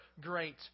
great